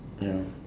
ya